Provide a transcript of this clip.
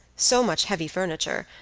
so much heavy furniture,